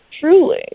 Truly